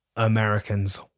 Americans